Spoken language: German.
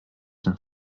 den